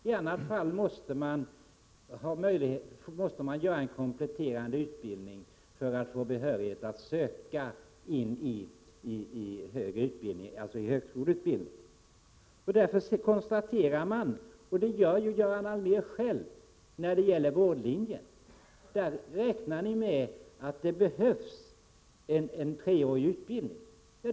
I annat fall måste man genomgå en kompletteringsutbildning för att kunna söka till högskolan. Det är därför som man räknar med att det när det gäller vårdlinjen, vilket också Göran Allmér gör, behövs en treårig utbildning.